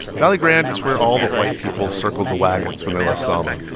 valley grande is where all the white people circled the wagons when they left selma.